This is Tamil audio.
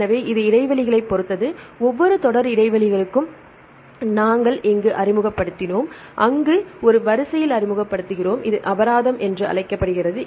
எனவே இது இடைவெளிகளைப் பொறுத்தது ஒவ்வொரு தொடர் இடைவெளிகளுக்கும் நாங்கள் இங்கு அறிமுகப்படுத்தினோம் அங்கு ஒரு வரிசையில் அறிமுகப்படுத்துகிறோம் இது அபராதம் என்று அழைக்கப்படுகிறது